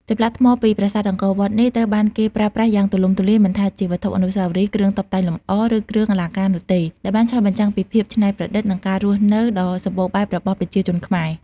ចម្លាក់ថ្មពីប្រាសាទអង្គរវត្តនេះ ត្រូវបានគេប្រើប្រាស់យ៉ាងទូលំទូលាយ មិនថាជាវត្ថុអនុស្សាវរីយ៍ គ្រឿងតុបតែងលម្អ ឬគ្រឿងអលង្ការនោះទេ ដែលបានឆ្លុះបញ្ចាំងពីភាពច្នៃប្រឌិត និងការរស់នៅដ៏សម្បូរបែបរបស់ប្រជាជនខ្មែរ។